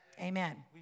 Amen